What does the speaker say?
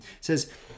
says